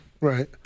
Right